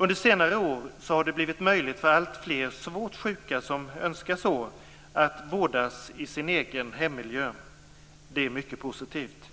Under senare år har det blivit möjligt för alltfler svårt sjuka som så önskar att vårdas i sin egen hemmiljö. Det är mycket positivt.